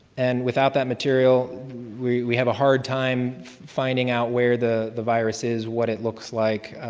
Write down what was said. and without that material we have a hard time finding out where the the virus is, what it looks like,